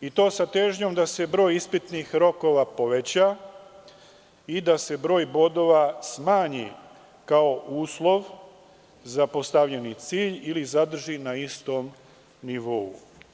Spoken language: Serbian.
i to sa težnjom da se broj ispitnih rokova poveća, i da se broj bodova smanji kao uslov za postavljeni cilj ili zadrži na istom nivou.